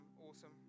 awesome